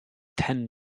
ten